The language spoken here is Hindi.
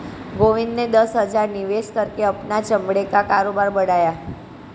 गोविंद ने दस हजार निवेश करके अपना चमड़े का कारोबार बढ़ाया